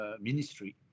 Ministry